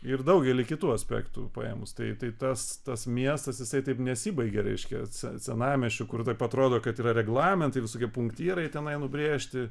ir dausgelį kitų aspektų paėmus tai tas tas miestas jisai taip nesibaigia reiškiase senamiesčiu kur taip atrodo kad yra reglamentai visokie punktyrai tenai nubrėžti